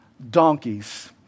donkeys